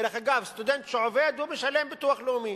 דרך אגב, סטודנט שעובד משלם ביטוח לאומי,